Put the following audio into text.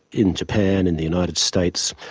in japan, in the united states,